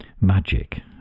magic